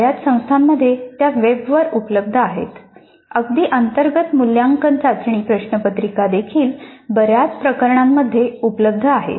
बऱ्याच संस्थांमध्ये त्या वेबवर उपलब्ध आहेत अगदी अंतर्गत मूल्यमापन चाचणी प्रश्नपत्रिका देखील बऱ्याच प्रकरणांमध्ये उपलब्ध आहेत